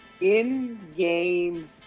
In-game